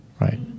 right